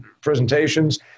presentations